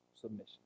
submission